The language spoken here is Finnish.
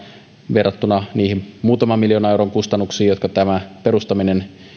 verrattuna niihin muutaman miljoonan euron kustannuksiin jotka tämän perustaminen